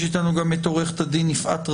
עורכת הדין יפעת רווה,